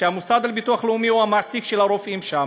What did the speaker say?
והמוסד לביטוח לאומי הוא המעסיק של הרופאים שם.